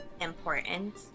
important